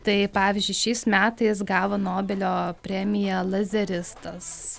tai pavyzdžiui šiais metais gavo nobelio premiją lazeristas